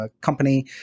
company